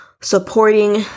supporting